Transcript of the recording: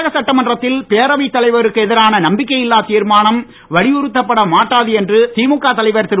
தமிழக சட்டமன்றத்தில் பேரவைத் தலைவருக்கு எதிரான நம்பிக்கை இல்லா தீர்மானம் வலியுறுத்தப்பட மாட்டாது என்று திமுக தலைவர் திரு